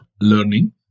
learning